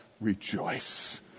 rejoice